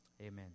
Amen